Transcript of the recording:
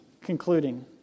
concluding